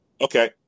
Okay